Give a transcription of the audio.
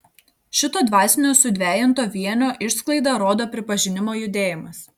šito dvasinio sudvejinto vienio išsklaidą rodo pripažinimo judėjimas